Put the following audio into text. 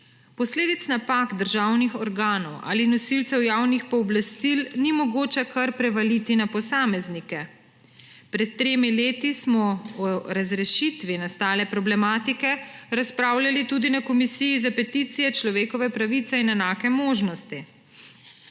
Posledic napak državnih organov ali nosilcev javnih pooblastil ni mogoče kar prevaliti na posameznike. Pred tremi leti smo o razrešitvi nastale problematike razpravljali tudi na Komisiji za peticije, človekove pravice in enake možnosti.